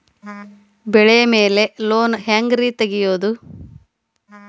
ಬೆಳಿ ಮ್ಯಾಲೆ ಲೋನ್ ಹ್ಯಾಂಗ್ ರಿ ತೆಗಿಯೋದ?